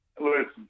listen